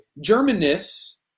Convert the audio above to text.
German-ness